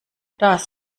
das